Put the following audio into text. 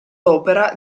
opera